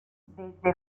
desde